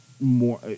more